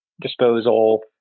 disposal